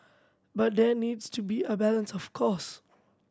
but there needs to be a balance of course